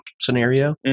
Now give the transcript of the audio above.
scenario